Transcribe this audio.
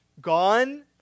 gone